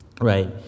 right